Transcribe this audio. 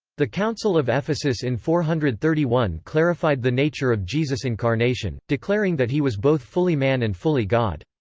the council of ephesus in four hundred and thirty one clarified the nature of jesus' incarnation, declaring that he was both fully man and fully god.